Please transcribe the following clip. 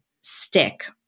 stick